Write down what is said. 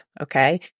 Okay